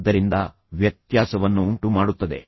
ಆದ್ದರಿಂದ ವ್ಯತ್ಯಾಸವನ್ನುಂಟು ಮಾಡುತ್ತದೆ